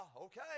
okay